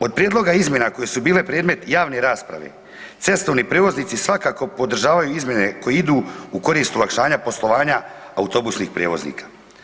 Od prijedloga izmjena koje su bile predmet javne rasprave cestovni prijevoznici svakako podržavaju izmjene koje idu u korist olakšanja poslovanja autobusnih prijevoznika.